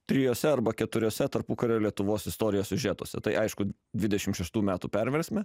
trijuose arba keturiuose tarpukario lietuvos istorijos siužetuose tai aišku dvidešim šeštų metų perversme